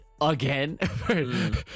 again